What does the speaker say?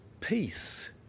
peace